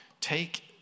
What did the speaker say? take